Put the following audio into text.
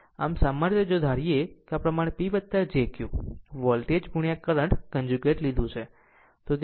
આમ સામાન્ય રીતે જો ધારો કે આ પ્રમાણે P jQ voltage current conjugate લીધું છે